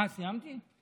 אה, סיימתי?